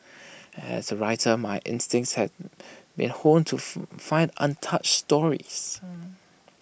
as A writer my instinct has been honed to find untouched stories